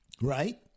right